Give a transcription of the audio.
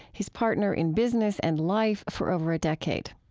his partner in business and life for over a decade.